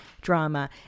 drama